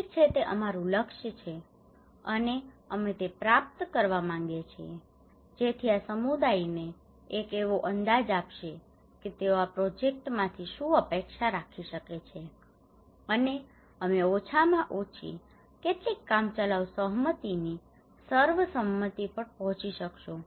ઠીક છે તે અમારું લક્ષ્ય છે અને અમે તે પ્રાપ્ત કરવા માંગીએ છીએ જેથી આ સમુદાયને એક એવો અંદાજ આપશે કે તેઓ આ પ્રોજેક્ટમાંથી શું અપેક્ષા રાખી શકે છે અને અમે ઓછામાં ઓછી કેટલીક કામચલાઉ સહમતિની સર્વસંમતિ પર પહોંચી શકીશું